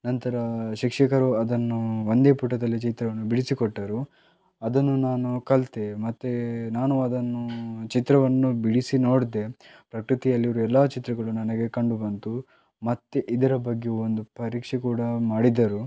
ನಂತರ ಶಿಕ್ಷಕರು ಅದನ್ನು ಒಂದೇ ಪುಟದಲ್ಲಿ ಚಿತ್ರವನ್ನು ಬಿಡಿಸಿಕೊಟ್ಟರು ಅದನ್ನು ನಾನು ಕಲಿತೆ ಮತ್ತೆ ನಾನು ಅದನ್ನು ಚಿತ್ರವನ್ನು ಬಿಡಿಸಿ ನೋಡಿದೆ ಪ್ರಕೃತಿಯಲ್ಲಿರುವ ಎಲ್ಲ ಚಿತ್ರಗಳು ನನಗೆ ಕಂಡುಬಂತು ಮತ್ತೆ ಇದರ ಬಗ್ಗೆ ಒಂದು ಪರೀಕ್ಷೆ ಕೂಡ ಮಾಡಿದರು